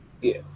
Yes